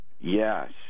Yes